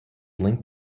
linked